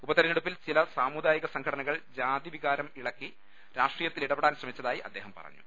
ഉപതിരഞ്ഞെടുപ്പിൽ ചില സമുദായ സംഘടനകൾ ജാതി വികാരം ഇളക്കി രാഷട്രീയത്തിൽ ഇടപെടാൻ ശ്രമിച്ചതായി അദ്ദേഹം പ്റഞ്ഞു